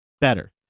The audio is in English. better